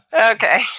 okay